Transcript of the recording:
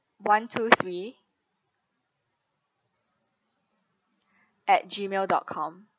one two three at Gmail dot com